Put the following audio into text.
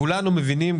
כולנו מבינים,